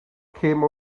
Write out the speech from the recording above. came